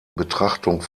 betrachtung